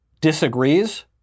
disagrees